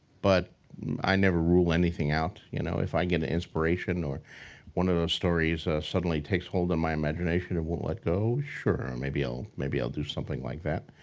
but i never rule anything out. you know if i get an inspiration or one of those stories suddenly takes hold in my imagination and won't let go, sure. maybe i'll maybe i'll do something like that.